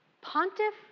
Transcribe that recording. Pontiff